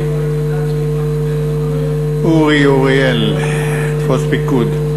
אורי אריאל, תפוס פיקוד.